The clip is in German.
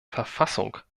verfassung